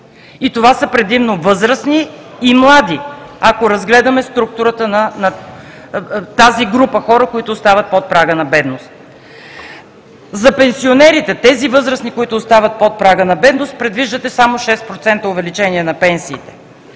и това са предимно възрастни и млади – ако разгледаме тази група хора, които остават под прага на бедност. За пенсионерите, тези възрастни, които остават под прага на бедност, предвиждате само 6% увеличение на пенсиите,